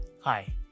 Hi